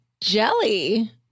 jelly